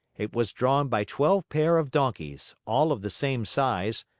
it was drawn by twelve pair of donkeys, all of the same size,